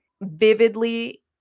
vividly